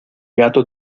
gato